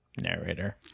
narrator